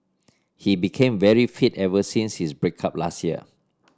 he became very fit ever since his break up last year